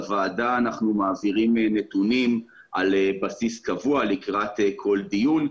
לוועדה אנחנו מעבירים נתונים על בסיס קבוע לקראת כל דיון.